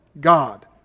God